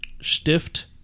Stift